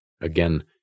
Again